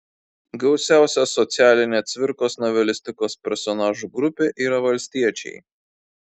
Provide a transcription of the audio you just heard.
gausiausia socialinė cvirkos novelistikos personažų grupė yra valstiečiai